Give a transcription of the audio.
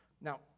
Now